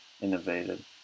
innovated